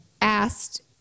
asked